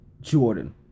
Jordan